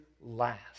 last